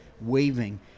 waving